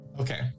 Okay